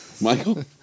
Michael